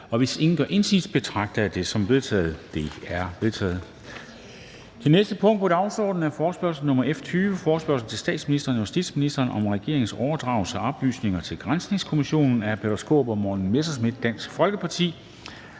og hvis ingen gør indsigelse, betragter jeg det som vedtaget. Det er vedtaget.